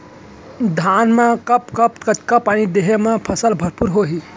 धान मा कब कब कतका पानी देहे मा फसल भरपूर होही?